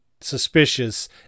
suspicious